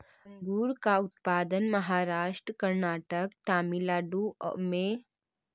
अंगूर का उत्पादन महाराष्ट्र, कर्नाटक, तमिलनाडु में सबसे ज्यादा होवअ हई